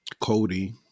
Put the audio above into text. Cody